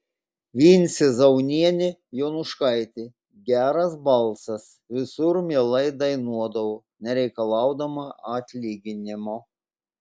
vincė zaunienė jonuškaitė geras balsas visur mielai dainuodavo nereikalaudama atlyginimo